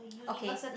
okay